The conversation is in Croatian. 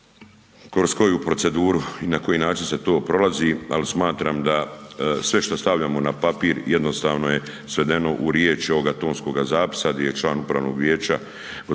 koju proceduru i na koji način se to prolazi, al smatram da sve što stavljamo na papir jednostavno je svedeno u riječ ovoga tonskoga zapisa gdje je član upravnog vijeća